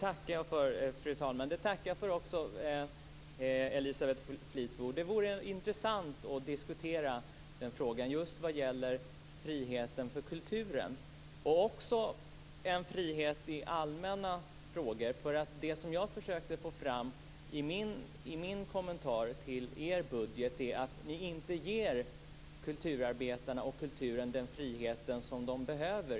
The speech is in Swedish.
Fru talman! Det tackar jag för, Elisabeth Fleetwood. Det vore intressant att diskutera den frågan, både vad gäller friheten just för kulturen och frihet rent allmänt. Det som jag försökte få fram i min kommentar till er budget är att ni inte ger kulturarbetarna och kulturen den frihet som de behöver.